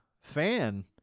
fan